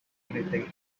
anything